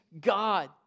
God